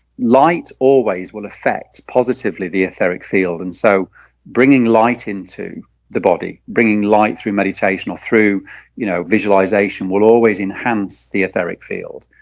light always will affect positively the etheric field and so bringing light into the body bringing light through meditation or through you know visualization will always enhance the etheric field